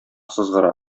сызгыра